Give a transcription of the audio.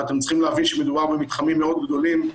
אתם צריכים להבין שמדובר במתחמים גדולים מאוד,